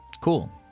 cool